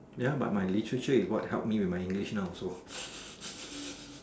ya but my literature is what help me with my English now so